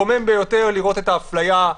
מקומם ביותר לראות את האפליה,